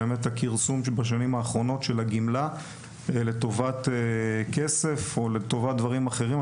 של כרסום הגמלה לטובת כסף או לטובת דברים אחרים,